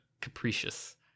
capricious